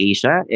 Asia